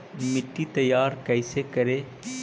मिट्टी तैयारी कैसे करें?